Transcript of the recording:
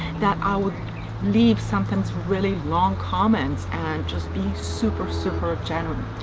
that i would leave sometimes really long comments and just be super, super genuine.